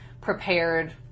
prepared